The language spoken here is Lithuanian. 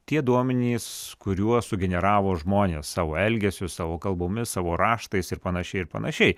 tie duomenys kuriuos sugeneravo žmonės savo elgesiu savo kalbomis savo raštais ir panašiai ir panašiai